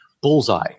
Bullseye